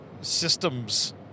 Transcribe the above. systems